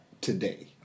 today